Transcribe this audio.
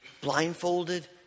Blindfolded